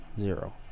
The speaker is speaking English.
zero